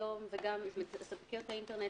ספקיות האינטרנט,